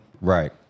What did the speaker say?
Right